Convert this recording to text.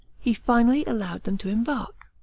he finally allowed them to embark.